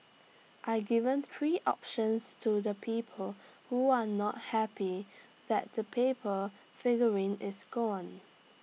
I've given three options to the people who are not happy that the paper figurine is gone